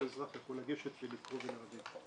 כל אזרח יכול לגשת ולקרוא ולהבין.